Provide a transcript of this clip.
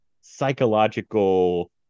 psychological